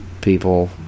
people